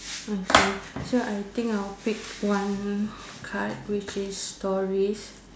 okay so I think I will pick one card which is stories